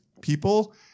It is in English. people